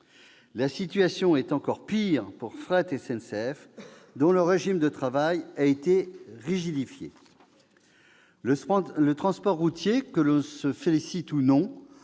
La situation est encore pire pour Fret SNCF, dont le régime de travail a été rigidifié. Le transport routier, que l'on s'en félicite ou non,